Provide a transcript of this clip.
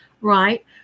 right